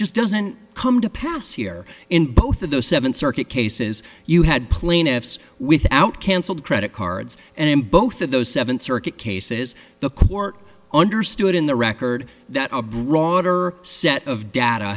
just doesn't come to pass here in both of those seven circuit cases you had plaintiffs without canceled credit cards and in both of those seven circuit cases the court understood in the record that a broader set of data